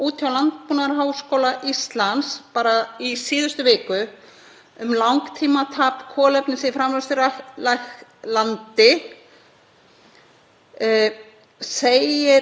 framræstu ræktarlandi, dregur fram alveg nýjar upplýsingar um mat á kolefnislosuninni og samanburði á framræstu og óframræstu landi.